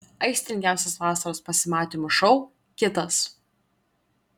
aistringiausias vasaros pasimatymų šou kitas